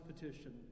petition